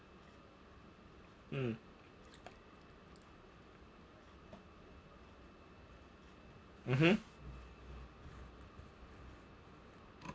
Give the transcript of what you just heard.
mm mmhmm